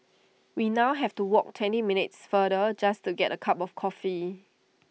we now have to walk twenty minutes farther just to get A cup of coffee